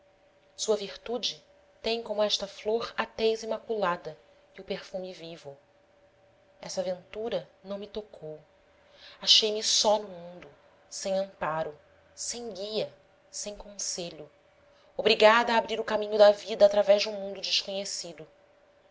sua virtude tem como esta flor a tez imaculada e o perfume vivo essa ventura não me tocou achei-me só no mundo sem amparo sem guia sem conselho obrigada a abrir o caminho da vida através de um mundo desconhecido